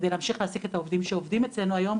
כדי להמשיך להעסיק את העובדים שעובדים אצלינו היום,